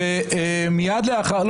חבר הכנסת טור פז, אתה בקריאה ראשונה.